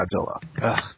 Godzilla